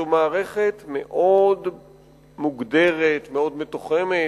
זו מערכת מאוד מוגדרת ומתוחמת.